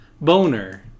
Boner